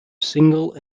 single